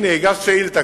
הנה, כבר הגשת שאילתא.